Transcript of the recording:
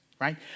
right